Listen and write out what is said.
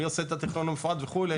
מי עושה את התכנון המפורט וכו',